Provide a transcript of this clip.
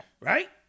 Right